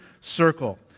circle